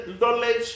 knowledge